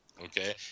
Okay